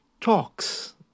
talks